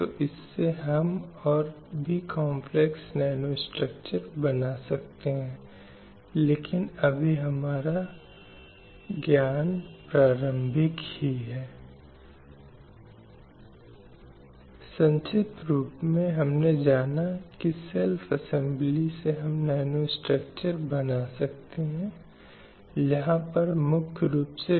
इसलिए इन सभी प्रयासों के साथ अंतर्राष्ट्रीय निकाय ने एक स्थिति बनाने या कुछ मानकों को पूरा करने की कोशिश की है जिसके तहत मानवाधिकार सर्वोपरि है और महिलाओं के मानवाधिकारों और महिलाओं के मौलिक अधिकारों को बनाए रखा जाना चाहिए